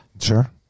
Sure